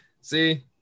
See